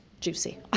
juicy